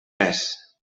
més